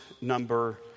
number